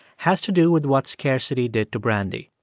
has to do with what scarcity did to brandy.